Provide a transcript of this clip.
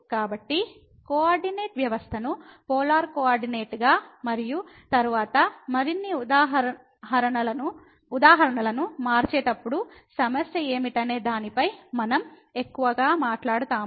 కాబట్టి కోఆర్డినేట్ వ్యవస్థను పోలార్ కోఆర్డినేట్గా మరియు తరువాత మరిన్ని ఉదాహరణలను మార్చేటప్పుడు సమస్య ఏమిటనే దానిపై మనం ఎక్కువగా మాట్లాడుతాము